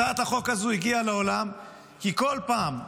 הצעת החוק הזו הגיעה לעולם כי כל פעם,